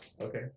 okay